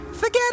Forget